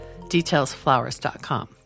detailsflowers.com